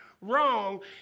wrong